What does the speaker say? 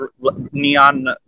neon